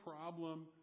problem